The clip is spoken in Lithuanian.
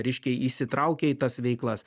reiškia įsitraukia į tas veiklas